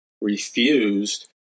refused